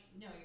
no